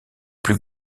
plus